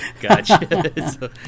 gotcha